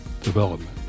development